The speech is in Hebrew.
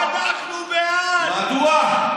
מדוע?